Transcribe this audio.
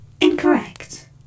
Incorrect